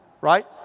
right